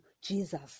Jesus